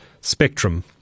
spectrum